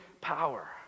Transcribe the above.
power